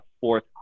fourth